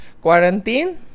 quarantine